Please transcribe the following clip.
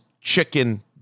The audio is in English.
chicken